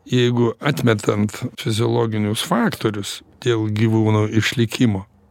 jeigu atmetant fiziologinius faktorius dėl gyvūnų išlikimo